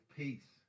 peace